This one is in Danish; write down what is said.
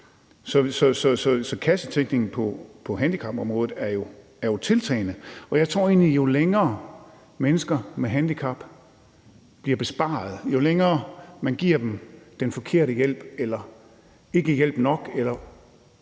Så kassetænkningen på handicapområdet er jo tiltagende, og jeg tror jo egentlig også, at jo længere tid mennesker med handicap bliver besparet, jo længere tid man giver dem den forkerte hjælp eller ikke hjælp nok